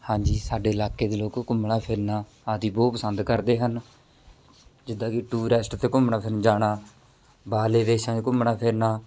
ਹਾਂਜੀ ਸਾਡੇ ਇਲਾਕੇ ਦੇ ਲੋਕ ਘੁੰਮਣਾ ਫਿਰਨਾ ਆਦਿ ਬਹੁਤ ਪਸੰਦ ਕਰਦੇ ਹਨ ਜਿੱਦਾਂ ਕਿ ਟੂਰੈਸਟ 'ਤੇ ਘੁੰਮਣਾ ਫਿਰਨ ਜਾਣਾ ਬਾਹਰਲੇ ਦੇਸ਼ਾਂ 'ਚ ਘੁੰਮਣਾ ਫਿਰਨਾ